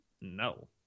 No